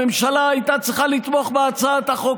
הממשלה הייתה צריכה לתמוך בהצעת החוק